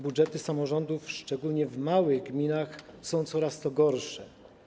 Budżety samorządów, szczególnie w małych gminach, są coraz gorsze.